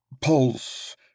Pulse